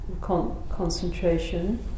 concentration